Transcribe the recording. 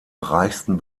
reichsten